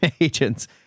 agents